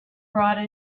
brought